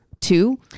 two